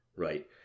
Right